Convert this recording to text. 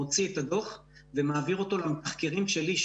מוציא את הדוח ומעביר אותו למתחקרים שלי,